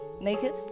Naked